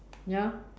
ya